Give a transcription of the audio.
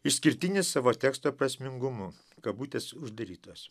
išskirtinis savo tekstų prasmingumu kabutės uždarytos